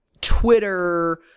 Twitter